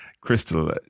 Crystal